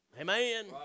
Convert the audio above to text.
Amen